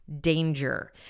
danger